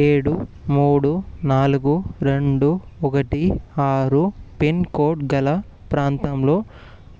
ఏడు మూడు నాలుగు రెండు ఒకటి ఆరు పిన్కోడ్గల ప్రాంతంలో